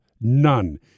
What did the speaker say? None